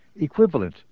equivalent